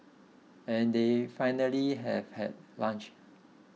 and then finally have had lunch